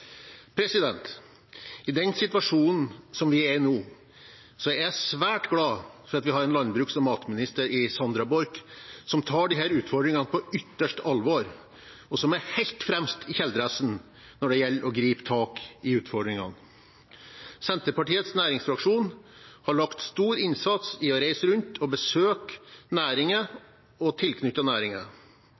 I den situasjonen vi er i nå, er jeg svært glad for at vi i Sandra Borch har en landbruks- og matminister som tar disse utfordringene på ytterste alvor, og som er helt «fremst i kjeledressen» når det gjelder å gripe tak i utfordringene. Senterpartiets næringsfraksjon har lagt stor innsats i å reise rundt og besøke næringen og tilknyttede næringer.